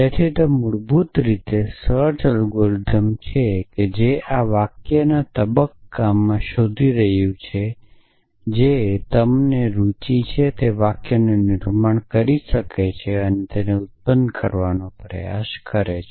તેથી તે મૂળભૂત રીતે સર્ચ એલ્ગોરિધમ છે જે વાક્યોના આ તબક્કામાં શોધી રહ્યું છે જે તમને રુચિ છે તે વાક્યોનું નિર્માણ કરી શકે છે અને તેને ઉત્પન્ન કરવાનો પ્રયાસ કરે છે